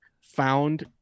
found